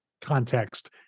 context